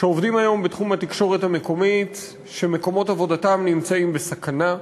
שעובדים היום בתחום התקשורת המקומית ומקומות עבודתם נמצאים בסכנה.